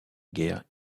guerre